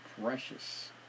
precious